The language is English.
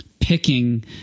picking